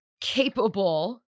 capable